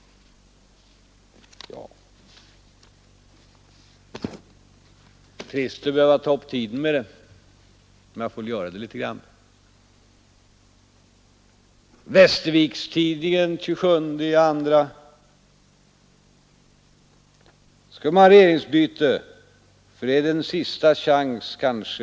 Det är trist att behöva ta upp tiden med detta, men jag får väl göra det. I Västerviks-Tidningen för 27 februari: Om vi skall ha regeringsbyte är detta sista chansen.